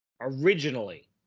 Originally